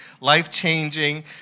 life-changing